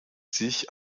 sich